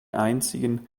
einzigen